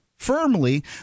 firmly